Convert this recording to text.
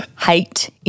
hate